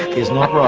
is not